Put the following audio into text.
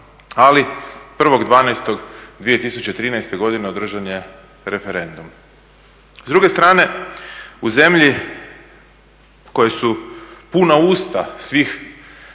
ali 1.12.2013. godine održan je referendum. S druge strane u zemlji koje su puna usta svih